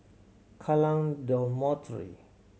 Kallang Dormitory